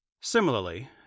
Similarly